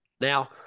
Now